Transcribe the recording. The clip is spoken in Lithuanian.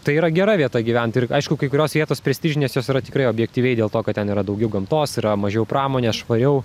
tai yra gera vieta gyvent ir aišku kai kurios vietos prestižinės jos yra tikrai objektyviai dėl to kad ten yra daugiau gamtos yra mažiau pramonės švariau